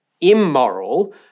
immoral